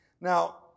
Now